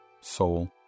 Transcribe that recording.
soul